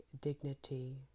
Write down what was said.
dignity